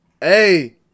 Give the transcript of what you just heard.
hey